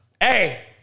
Hey